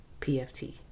PFT